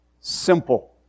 simple